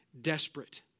desperate